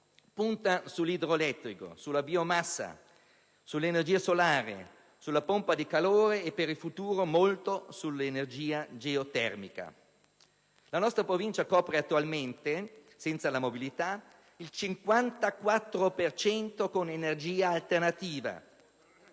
punta sull'idroelettrico, sulla biomassa, sull'energia solare, sulla pompa di calore e per il futuro conta molto sull'energia geotermica. La nostra Provincia copre attualmente, senza la mobilità, il 54 per cento con energia alternativa